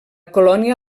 colònia